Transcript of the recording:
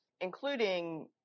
including